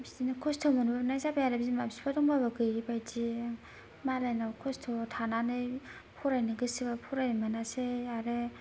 बिदिनो खस्थ' मोनबोनाय जाबाय आरो बिमा फिफा दंबाबो गैयै बायदि मालायनाव खस्थ' थानानै फरायनो गोसोबाबो फरायनो मोनासै आरो